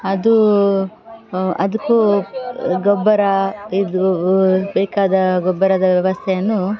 ಅದು ಅದಕ್ಕೂ ಗೊಬ್ಬರ ಇದು ಬೇಕಾದ ಗೊಬ್ಬರದ ವ್ಯವಸ್ಥೆಯನ್ನು